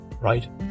right